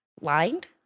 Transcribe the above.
lined